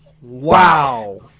Wow